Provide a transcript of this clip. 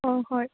ꯍꯣꯏ ꯍꯣꯏ